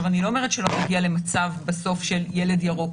אני לא אומרת שלא נגיע למצב בסוף של ילד ירוק